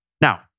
Now